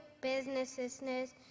businesses